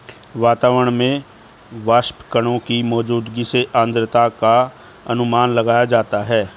वातावरण में वाष्पकणों की मौजूदगी से आद्रता का अनुमान लगाया जाता है